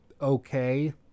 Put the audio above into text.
okay